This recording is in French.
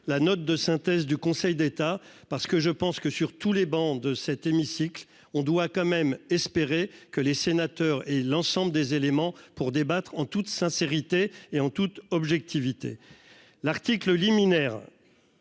la note de synthèse du Conseil d'État parce que je pense que sur tous les bancs de cet hémicycle, on doit quand même espérer que les sénateurs et l'ensemble des éléments pour débattre en toute sincérité et en toute objectivité. L'article liminaire.